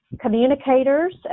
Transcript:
communicators